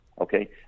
okay